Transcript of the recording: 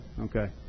okay